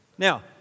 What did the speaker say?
Now